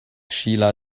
shiela